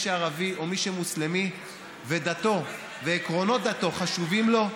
שערבי או מי שמוסלמי ודתו ועקרונות דתו חשובים לו,